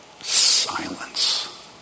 silence